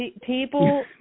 People